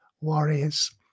warriors